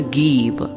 give